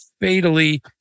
fatally